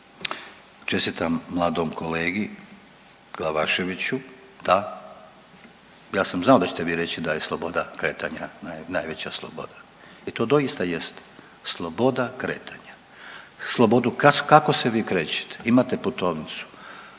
Čestitam mladom kolegi Glavaševiću. Da, ja sam znao da ćete vi reći da je sloboda kretanja najveća sloboda. I to doista jest - sloboda kretanja. Slobodu, kako se vi krećete? Imate putovnicu?